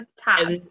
top